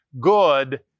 good